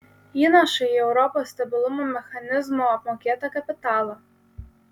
įnašai į europos stabilumo mechanizmo apmokėtą kapitalą